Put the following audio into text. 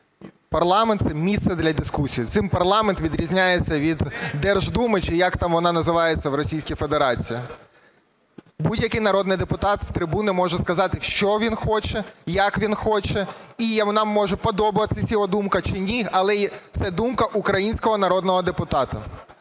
парламент – місце для дискусії. Цим парламент відрізняється від Держдуми, чи як там вона називається, в Російській Федерації. Будь-який народний депутат з трибуни може сказати, що він хоче, як він хоче. І нам може подобатися його думка чи ні, але це думка українського народного депутата.